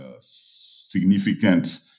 significant